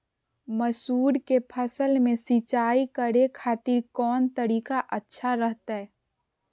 मसूर के फसल में सिंचाई करे खातिर कौन तरीका अच्छा रहतय?